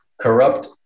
corrupt